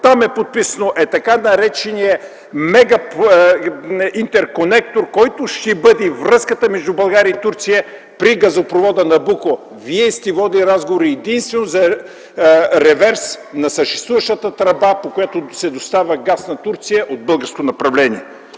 е подписано там, е така нареченият интерконектор, който ще бъде връзката между България и Турция при газопровода „Набуко”. Вие сте водили разговори единствено за реверс на съществуващата тръба, по която се доставя газ на Турция от българското направление,